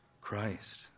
Christ